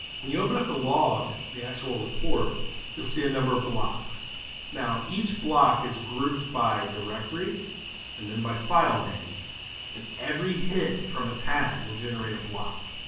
when you open up the log the actual report you'll see a number of blocks now. each block is grouped by directory and then by filename and every hit from a tag will generate a block